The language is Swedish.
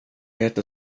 heter